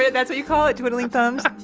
yeah that's what you call it? twiddling thumbs?